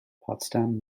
potsdam